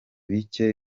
bicye